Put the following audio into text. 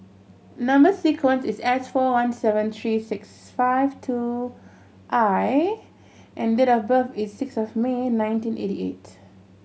number sequence is S four one seven three six five two I and date of birth is six of May nineteen eighty eight